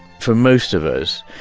for most of us,